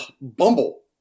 Bumble